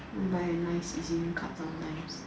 want buy a nice E_Z link card sometimes